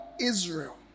Israel